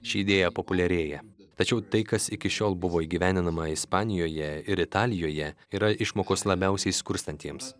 ši idėja populiarėja tačiau tai kas iki šiol buvo įgyvendinama ispanijoje ir italijoje yra išmokos labiausiai skurstantiems